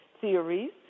theories